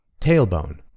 tailbone